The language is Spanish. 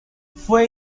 fue